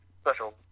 special